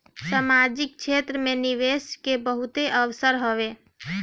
सामाजिक क्षेत्र में निवेश के बहुते अवसर हवे